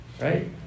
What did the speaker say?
right